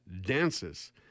Dances